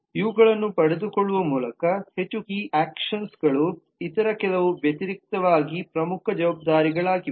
ಇವುಗಳನ್ನು ಪಡೆದುಕೊಳ್ಳುವ ಮೂಲಕ ಹೆಚ್ಚು ಕೀ ಅಬ್ಸ್ಟ್ರಾಕ್ಷನ್ ಗಳು ಇತರ ಕೆಲವು ವ್ಯತಿರಿಕ್ತವಾಗಿ ಪ್ರಮುಖ ಜವಾಬ್ದಾರಿಗಳಾಗಿವೆ